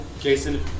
Jason